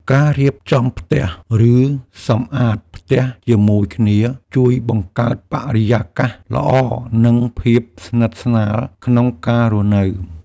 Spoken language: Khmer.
ការរៀបចំផ្ទះ ឬសម្អាតផ្ទះជាមួយគ្នាជួយបង្កើតបរិយាកាសល្អ និងភាពស្និទ្ធស្នាលក្នុងការរស់នៅ។